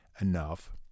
enough